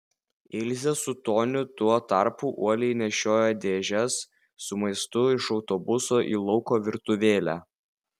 ilzė su toniu tuo tarpu uoliai nešiojo dėžes su maistu iš autobuso į lauko virtuvėlę